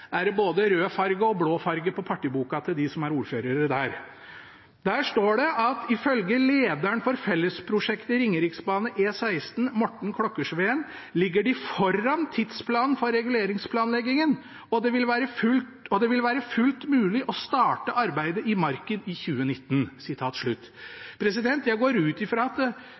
blå farge på partiboka til dem som er ordførere der. Der står det: «Ifølge lederen for fellesprosjektet Ringeriksbane/E16 Morten Klokkersveen ‘ligger de foran tidsplanen for reguleringsplanleggingen, og det vil være fullt mulig å starte arbeidet i marken i 2019.’» Jeg går ut fra at de ordførerne ikke feilinformerer i det de skriver. Samferdselsministeren skyver altså Vegvesenet foran seg når han sier at det er problemer med planarbeidet. Jeg tror ikke det